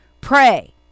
Pray